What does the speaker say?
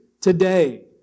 today